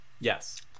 Yes